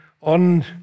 on